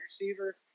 receiver